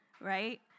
right